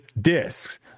discs